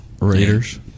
Raiders